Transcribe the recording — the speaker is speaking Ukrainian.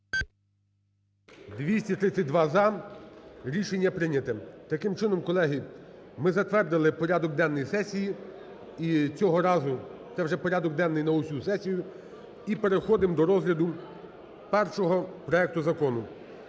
За-232 Рішення прийняте. Таким чином, колеги ми затвердили порядок денний сесії. І цього разу це вже порядок денний на всю сесію. І переходимо до розгляду першого проекту закону.